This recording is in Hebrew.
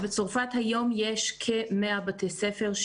בצרפת היום יש כ-100 בתי ספר,